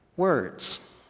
words